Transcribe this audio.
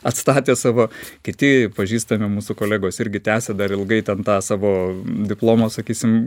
atstatė savo kiti pažįstami mūsų kolegos irgi tęsia dar ilgai ten tą savo diplomo sakysim